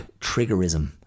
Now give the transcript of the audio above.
triggerism